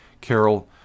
Carol